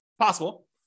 possible